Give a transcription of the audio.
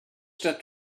that